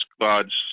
God's